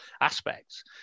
aspects